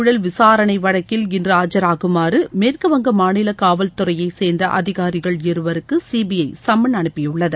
ஊழல் விசாரணை வழக்கில் இன்று ஆஜராகுமாறு மேற்குவங்க மாநில காவல்துறையை சேந்த அதிகாரிகள் இருவருக்கு சிபிஐ சம்மன் அனுப்பியுள்ளது